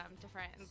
different